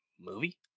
movie